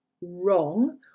wrong